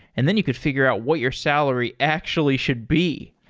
and then you could figure out what your salary actually should be.